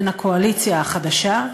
בין הקואליציה החדשה,